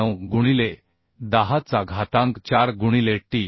49 गुणिले 10 चा घातांक 4 गुणिले t